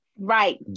Right